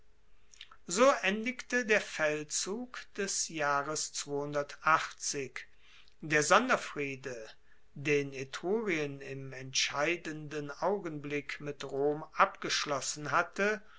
so endigte der feldzug des jahres der sonderfriede den etrurien im entscheidenden augenblick mit rom abgeschlossen hatte